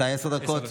עשר דקות.